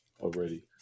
already